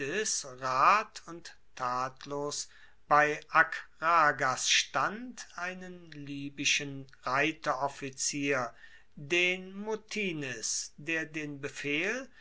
und tatlos bei akragas stand einen libyschen reiteroffizier den muttines der den befehl